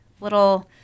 little